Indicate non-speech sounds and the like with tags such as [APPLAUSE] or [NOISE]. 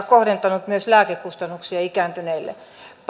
[UNINTELLIGIBLE] kohdentanut lääkekustannuksia ikääntyneille